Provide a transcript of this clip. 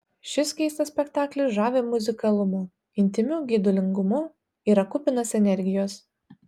šis keistas spektaklis žavi muzikalumu intymiu geidulingumu yra kupinas energijos